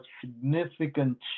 significant